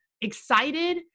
excited